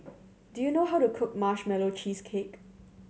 do you know how to cook Marshmallow Cheesecake